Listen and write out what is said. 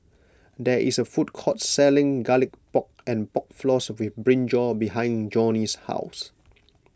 there is a food court selling Garlic Pork and Pork Floss with Brinjal Behind Johny's house